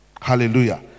Hallelujah